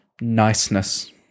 niceness